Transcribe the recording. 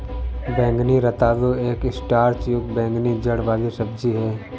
बैंगनी रतालू एक स्टार्च युक्त बैंगनी जड़ वाली सब्जी है